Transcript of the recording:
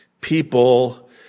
people